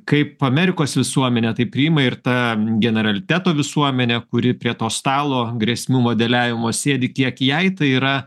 kaip amerikos visuomenė tai priima ir ta generaliteto visuomenė kuri prie to stalo grėsmių modeliavimo sėdi kiek jai tai yra